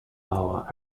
our